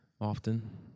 often